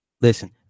Listen